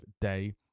day